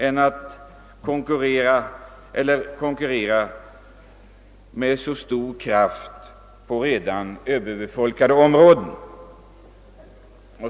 Det var väl att föredraga framför att med så stor kraft konkurrera i redan överbefolkade områden?